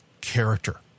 character